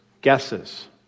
guesses